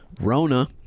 rona